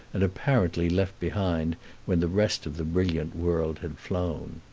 and apparently left behind when the rest of the brilliant world had flown.